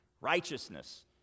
righteousness